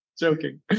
Joking